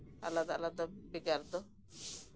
ᱟᱞᱟᱫᱟ ᱟᱞᱟᱫᱟ ᱵᱮᱜᱟᱨ ᱫᱚ